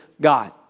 God